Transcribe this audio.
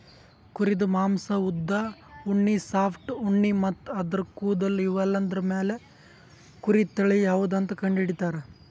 ಕುರಿದ್ ಮಾಂಸಾ ಉದ್ದ್ ಉಣ್ಣಿ ಸಾಫ್ಟ್ ಉಣ್ಣಿ ಮತ್ತ್ ಆದ್ರ ಕೂದಲ್ ಇವೆಲ್ಲಾದ್ರ್ ಮ್ಯಾಲ್ ಕುರಿ ತಳಿ ಯಾವದಂತ್ ಕಂಡಹಿಡಿತರ್